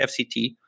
FCT